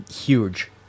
huge